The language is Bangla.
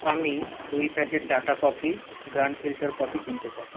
আমি দুই packet Tata coffee grand filter coffee কিনতে চাই